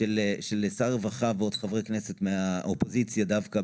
של שר הרווחה ועוד חברי כנסת מהאופוזיציה דווקא,